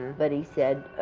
but he said,